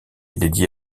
dédié